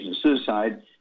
Suicide